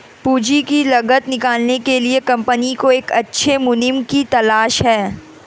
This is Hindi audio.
पूंजी की लागत निकालने के लिए कंपनी को एक अच्छे मुनीम की तलाश है